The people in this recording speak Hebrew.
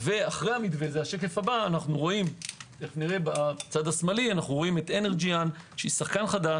ואחרי המתווה אנו רואים בצד השמאלי את אנרג'יאן שהיא שחקן חדש,